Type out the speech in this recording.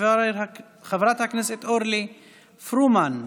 חברת הכנסת אורלי פרומן,